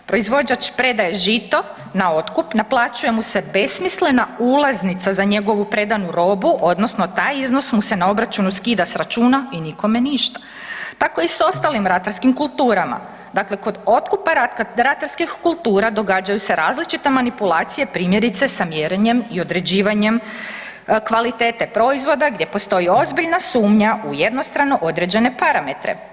Proizvođač predaje žito na otkup, naplaćuje mu se besmislena ulaznica za njegovu predanu robu, odnosno taj iznos mu se na obračunu skida s računa i nikome ništa, tako i s ostalim ratarskim kulturama, dakle kod otkupa ratarskih kultura događaju se različita manipulacije, primjerice, sa mjerenjem i određivanjem kvalitete proizvoda gdje postoji ozbiljna sumnja i jednostrano određene parametre.